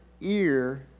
ear